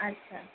আচ্ছা